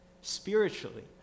spiritually